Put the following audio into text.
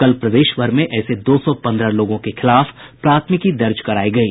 कल प्रदेशभर में ऐसे दो सौ पंद्रह लोगों के खिलाफ प्राथमिकी दर्ज करायी गयी